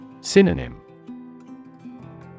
Synonym